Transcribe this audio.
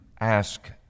ask